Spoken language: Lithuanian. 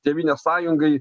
tėvynės sąjungai